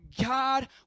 God